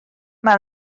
mae